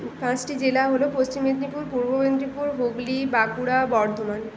পাঁচটি জেলা হলো পশ্চিম মেদিনীপুর পূর্ব মেদিনীপুর হুগলি বাঁকুড়া বর্ধমান